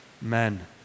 men